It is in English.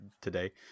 today